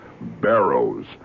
barrows